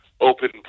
open